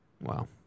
Wow